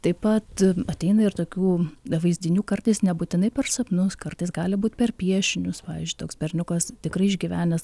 taip pat ateina ir tokių vaizdinių kartais nebūtinai per sapnus kartais gali būt per piešinius pavyzdžiui toks berniukas tikrai išgyvenęs